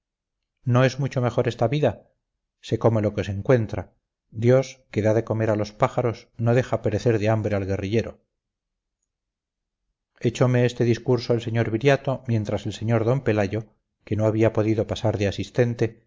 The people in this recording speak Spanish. no es mucho mejor esta vida se come lo que se encuentra dios que da de comer a los pájaros no deja perecer de hambre al guerrillero echome este discurso el sr viriato mientras el sr d pelayo que no había podido pasar de asistente